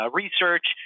research